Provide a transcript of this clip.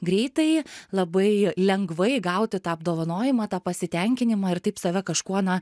greitai labai lengvai gauti tą apdovanojimą tą pasitenkinimą ir taip save kažkuo na